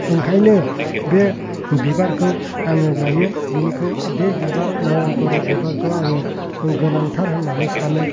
ओंखायनो बे बिबारखौ आङो गायो बिनिखौ बे बिबार नयनतरा बिबारखौ आङो गोनांथार होननानै सानो